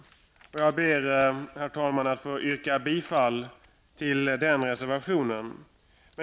Jag ber, herr talman, att få yrka bifall till vår reservation.